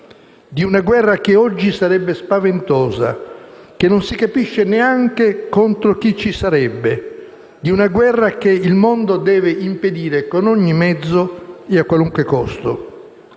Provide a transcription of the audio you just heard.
di una guerra che oggi sarebbe spaventosa, che non si capisce neanche contro chi sarebbe, di una guerra che il mondo deve impedire con ogni mezzo e a qualunque costo.